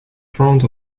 front